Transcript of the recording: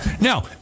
now